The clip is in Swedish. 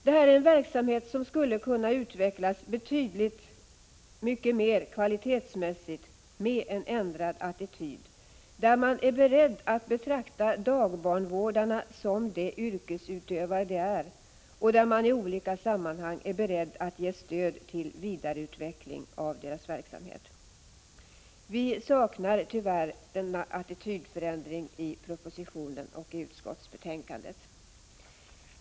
Det är en verksamhet kvalitetsmässigt som skulle kunna utvecklas betydligt mer med en ändrad attityd, där man är beredd att betrakta dagbarnvårdarna som de yrkesutövare de är och där man i olika sammanhang är beredd att ge stöd till en vidareutveckling av deras verksamhet. Vi saknar tyvärr den attitydförändringen i propositionen och i utskottsbetänkandet.